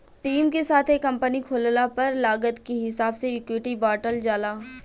team के साथे company खोलला पर लागत के हिसाब से इक्विटी बॉटल जाला